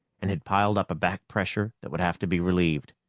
and had piled up a back-pressure that would have to be relieved.